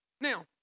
Now